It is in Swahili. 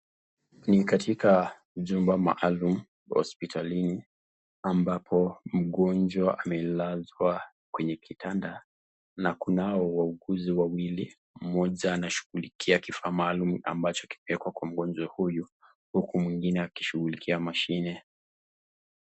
Ni katika jumba maalum hospitalini ambapo mgonjwa amelazwa kwenye kitanda na kunao wauguzi wawili mmoja akiwa anashughulikia kifaa maalum ambacho kimeekwa kwenye mgojwa huyu, huku mwingine akishughulikia mashini.